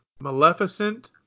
Maleficent